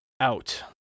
out